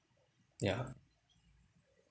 yeah